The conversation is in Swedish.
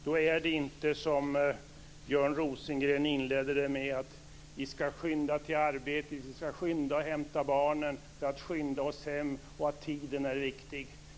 Det är inte som Björn Rosengren inledde med att säga - att vi ska skynda till arbetet, skynda för att hämta barnen och skynda oss hem samt att tiden är viktig.